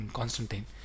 Constantine